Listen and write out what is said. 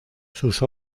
sus